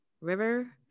river